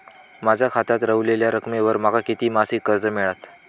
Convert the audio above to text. माझ्या खात्यात रव्हलेल्या रकमेवर माका किती मासिक कर्ज मिळात?